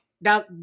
Now